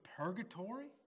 purgatory